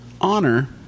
Honor